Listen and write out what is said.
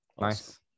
nice